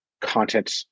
content